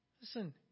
Listen